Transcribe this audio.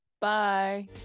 Bye